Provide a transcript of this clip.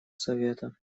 совета